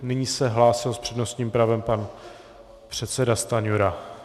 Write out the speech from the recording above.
Nyní se hlásil s přednostním právem pan předseda Stanjura.